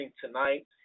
tonight